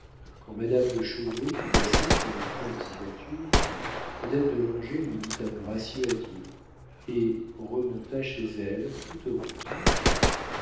quand madame de chauvry fut assise dans le coin de sa voiture madame de langeais lui dit un gracieux adieu et remonta chez elle tout heureuse